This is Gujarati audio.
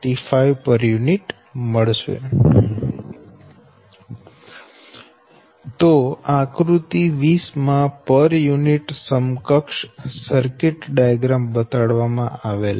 95 pu તેથી આકૃતિ 20 માં પર યુનિટ સમકક્ષ સર્કિટ ડાયાગ્રામ બતાવવામાં આવેલ છે